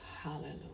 hallelujah